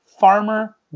Farmer